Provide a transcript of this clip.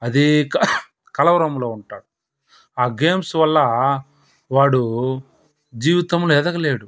అదే కలవరంలో ఉంటాడు ఆ గేమ్స్ వల్ల వాడు జీవితంలో ఎదగలేడు